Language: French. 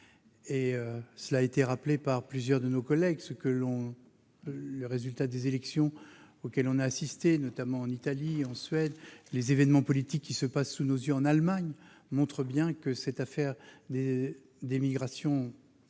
Comme l'ont rappelé plusieurs de nos collègues, le résultat des élections auxquelles on a assisté, notamment en Italie ou en Suède, et les événements politiques qui se déroulent sous nos yeux en Allemagne montrent bien que la question des migrations